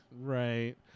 right